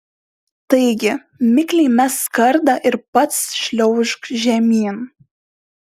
taigi mikliai mesk kardą ir pats šliaužk žemyn